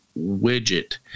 widget